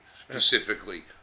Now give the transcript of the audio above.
specifically